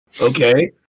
Okay